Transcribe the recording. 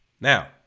Now